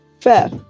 Fair